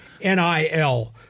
NIL